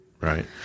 Right